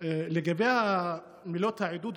לגבי מילות העידוד,